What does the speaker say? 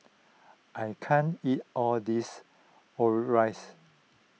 I can't eat all this Omurice